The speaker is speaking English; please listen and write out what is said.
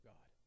God